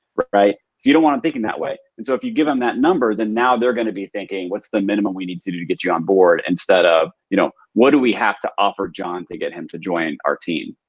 right? so you don't want them thinking that way and so if you give them that number then now they're gonna be thinking, what's the minimum we need to do to get you on board? instead of, you know what do we have to offer john to get him to join our team?